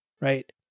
right